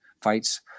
fights